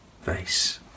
face